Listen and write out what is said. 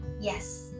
Yes